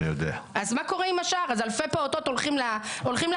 אז מה קורה עם השאר, אלפי פעוטות הולכים לעזאזל?